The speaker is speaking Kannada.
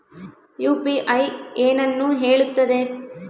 ಯು.ಪಿ.ಐ ಏನನ್ನು ಹೇಳುತ್ತದೆ?